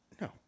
No